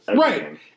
Right